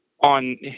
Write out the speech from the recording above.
on